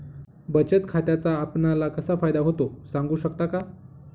बचत खात्याचा आपणाला कसा फायदा होतो? सांगू शकता का?